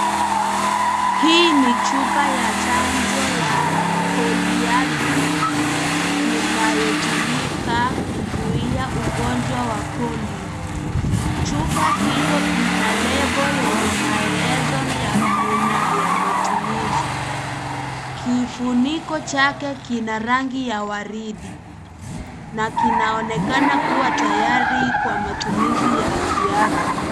Hii ni chupa ya chanjo ya poliovac inayotumika kuzuia ugonjwa wa polio. Chupa hio ina lebo lenye maelezo ya kina ya matumizi. Kifuniko chake kina rangi ya waridi na kinaonekana kuwa tayari kwa matumizi ya kiafya.